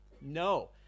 No